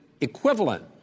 equivalent